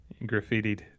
graffitied